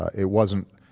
it wasn't